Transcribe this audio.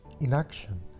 inaction